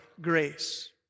grace